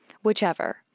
Whichever